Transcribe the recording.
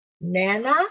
nana